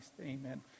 Amen